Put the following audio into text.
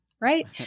right